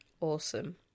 Awesome